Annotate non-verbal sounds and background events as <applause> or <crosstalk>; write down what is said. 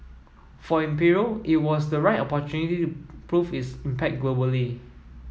for Imperial it was the right <unintelligible> prove its impact globally